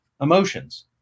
emotions